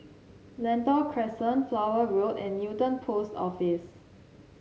Lentor Crescent Flower Road and Newton Post Office